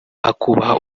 akubaha